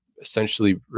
essentially